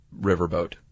riverboat